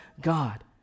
God